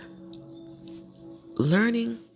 learning